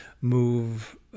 move